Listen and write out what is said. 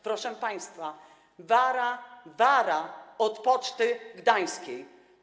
Proszę państwa, wara, wara od Poczty Gdańskiej.